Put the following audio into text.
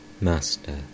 Master